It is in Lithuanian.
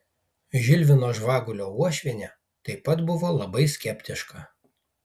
žilvino žvagulio uošvienė taip pat buvo labai skeptiška